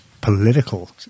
political